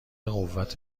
قوت